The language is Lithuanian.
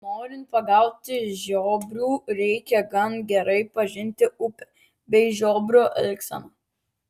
norint pagauti žiobrių reikia gan gerai pažinti upę bei žiobrio elgseną